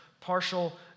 partial